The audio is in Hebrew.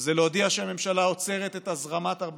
זה להודיע שהממשלה עוצרת את הזרמת 400